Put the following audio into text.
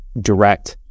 direct